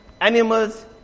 animals